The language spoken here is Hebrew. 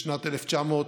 בשנת 1981,